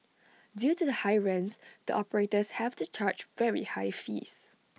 due to the high rents the operators have to charge very high fees